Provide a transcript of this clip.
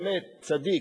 באמת צדיק,